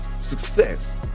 Success